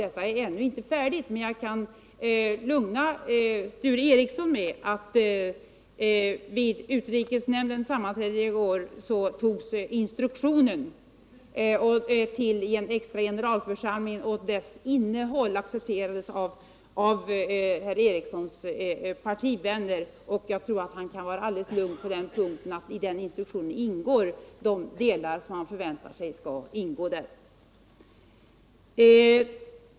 Detta är ännu inte färdigt, men jag kan lugna Sture Ericson med att vid utrikesnämndens sammanträde i går togs instruktionen till den extra generalförsamlingen upp, och dess innehåll accepterades av herr Ericsons partivänner. Jag tror han kan vara alldeles lugn för att de delar man förväntar sig skall ingå i instruktionen även gör det.